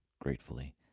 gratefully